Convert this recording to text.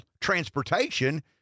transportation